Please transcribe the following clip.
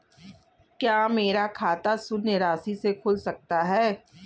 क्या मेरा खाता शून्य राशि से खुल सकता है?